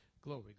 glory